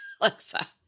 Alexa